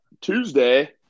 Tuesday